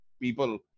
people